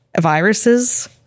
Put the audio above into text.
viruses